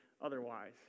otherwise